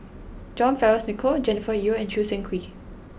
John Fearns Nicoll Jennifer Yeo and Choo Seng Quee